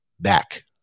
back